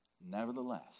Nevertheless